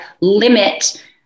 limit